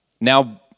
now